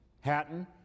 Hatton